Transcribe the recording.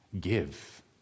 give